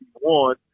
one